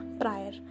prior